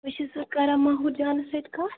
بہٕ چھَسہٕ کَران ماہوٗر جانَس سۭتۍ کَتھ